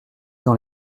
dans